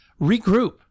regroup